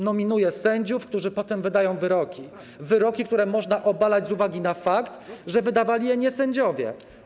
Nominuje sędziów, którzy potem wydają wyroki, które można obalać z uwagi na fakt, że wydawali je niesędziowie.